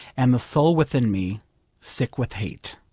and the soul within me sick with hate.